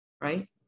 right